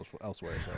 elsewhere